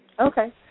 Okay